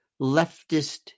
leftist